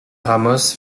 ramos